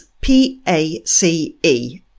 P-A-C-E